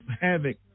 havoc